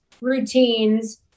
routines